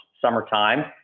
summertime